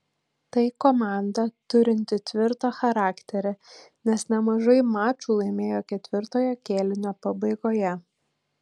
tai komanda turinti tvirtą charakterį nes nemažai mačų laimėjo ketvirtojo kėlinio pabaigoje